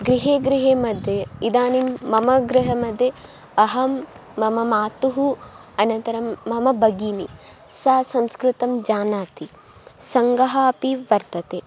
गृहे गृहे मध्ये इदानीं मम गृहं मध्ये अहं मम माता अनन्तरं मम भगिनी सा संस्कृतं जानाति सङ्घः अपि वर्तते